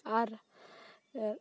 ᱟᱨ